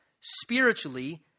spiritually